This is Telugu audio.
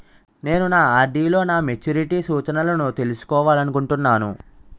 నేను నా ఆర్.డి లో నా మెచ్యూరిటీ సూచనలను తెలుసుకోవాలనుకుంటున్నాను